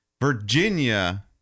Virginia